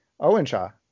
Owenshaw